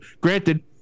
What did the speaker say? granted